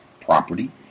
property